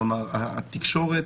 התקשורת,